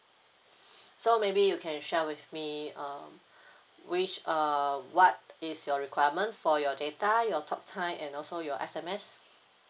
so maybe you can share with me um which uh what is your requirement for your data your talk time and also your S_M_S